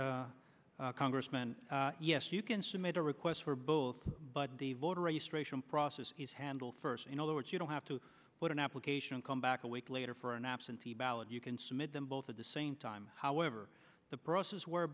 own congressman yes you can submit a request for both but the voter registration process is handle first in other words you don't have to put an application and come back a week later for an absentee ballot you can submit them both at the same time however the process where